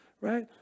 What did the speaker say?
right